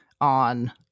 on